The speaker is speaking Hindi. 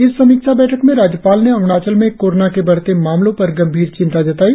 इस समीक्षा बैठक में राज्यपाल ने अरुणाचल में कोरोना के बढ़ते मामलों पर गंभीर चिंता जताई